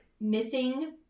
missing